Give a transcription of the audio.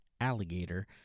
alligator